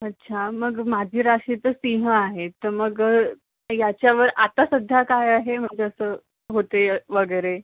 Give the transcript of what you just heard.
अच्छा मग माझी राशीचं सिंह आहेत तर मग याच्यावर आता सध्या काय आहे मग जसं होते वगैरे